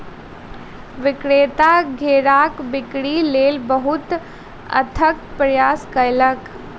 विक्रेता घेराक बिक्री लेल बहुत अथक प्रयास कयलक